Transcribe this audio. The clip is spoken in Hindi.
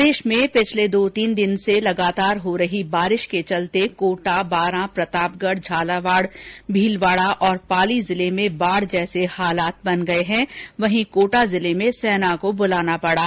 प्रदेश में पिछले दो तीन दिन से लगातार हो रही बारिश के चलते कोटा बारां प्रतापगढ झालावाड भीलवाडा और पाली जिले में बाढ़ जैसे हालात बन गये हैं वहीं कोटा जिले में सेना को ब्रलाना पड़ा